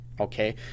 Okay